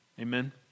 Amen